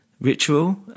ritual